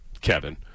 Kevin